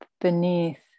beneath